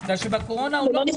כי בקורונה הוא לא מעורב.